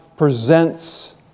presents